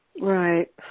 Right